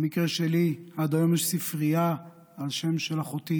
במקרה שלי, עד היום יש ספרייה על שם אחותי